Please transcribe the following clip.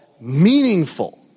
meaningful